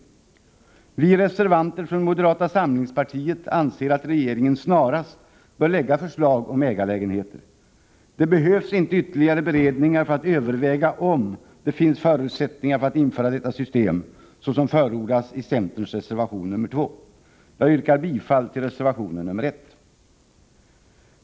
Vi reservanter från moderata samlingspartiet anser att regeringen snarast bör lägga fram förslag om ägarlägenheter. Det behövs inte ytterligare beredningar för att överväga om det finns förutsättningar för att införa detta system, såsom förordas i centerns reservation nr 2. Jag yrkar bifall till reservation nr 1.